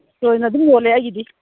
ꯆꯣꯏꯅ ꯑꯗꯨꯝ ꯌꯣꯜꯂꯦ ꯑꯩꯒꯤꯗꯤ